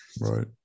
Right